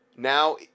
Now